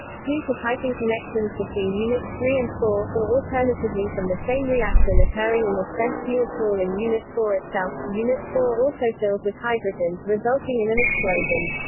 due to piping connections between units three and four, or alternatively from the same reaction occurring in the spent fuel pool in unit four itself, unit four also filled with hydrogen, resulting in an explosion.